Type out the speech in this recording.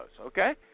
okay